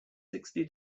sixty